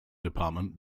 department